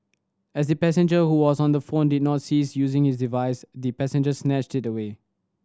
as the passenger who was on the phone did not cease using his device the passenger snatched it away